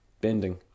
bending